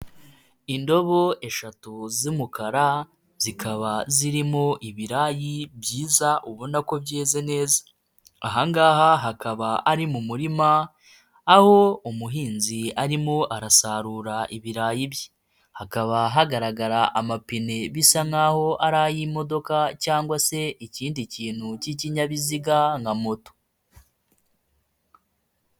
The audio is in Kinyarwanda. Indobo eshatu z'umukara zikaba zirimo ibirayi byiza ubona ko byeze neza, aha ngaha hakaba ari mu murima aho umuhinzi arimo arasarura ibirayi bye, hakaba hagaragara amapine bisa naho ari ay'imodoka cyangwa se ikindi kintu cy'ikinyabiziga nka moto.